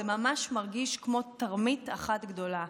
זה ממש מרגיש כמו תרמית אחת גדולה.